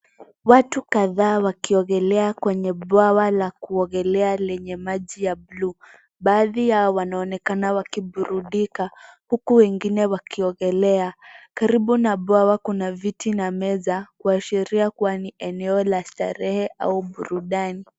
Watu kadhaa wakiogelea kwenye bwawa la kuogelea lenye maji ya bluu. Baadhi yao wanaonekana wakiburudika huku wengine wakiogelea. Karibu na bwawa kuna viti na meza, kuashiria kuwa ni eneo la starehe au burudani.